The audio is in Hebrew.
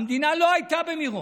המדינה לא הייתה במירון,